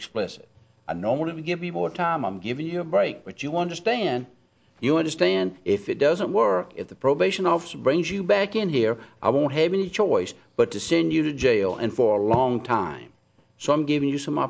more time i'm giving you a break but you want to stand you understand if it doesn't work if the probation officer brings you back in here i won't have any choice but to send you to jail and for a long time so i'm giving you some